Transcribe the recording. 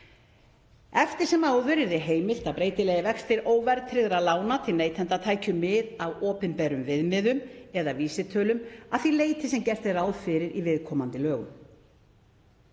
Eftir sem áður yrði áfram heimilt að breytilegir vextir óverðtryggðra lána til neytenda tækju mið af opinberum viðmiðum eða vísitölum að því leyti sem gert er ráð fyrir í viðkomandi lögum.